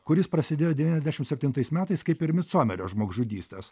kuris prasidėjo devyniasdešimt septintais metais kaip ir mitsomerio žmogžudystės